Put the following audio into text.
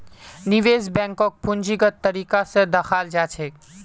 निवेश बैंकक पूंजीगत तरीका स दखाल जा छेक